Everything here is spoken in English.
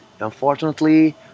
unfortunately